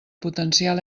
potencial